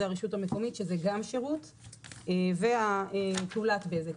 זאת הרשות המקומית שזה גם שירות ופעולת בזק.